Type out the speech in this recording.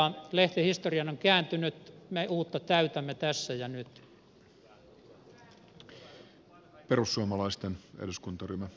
lehti historian on kääntynyt me uutta täytämme tässä ja nyt